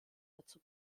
dazu